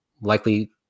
likely